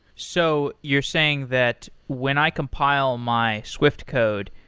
so you're saying that when i compile my swift code,